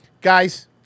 Guys